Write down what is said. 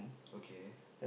okay